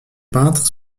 peintres